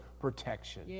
protection